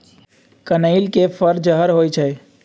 कनइल के फर जहर होइ छइ